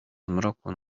zmroku